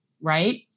right